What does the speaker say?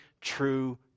true